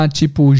tipo